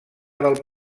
del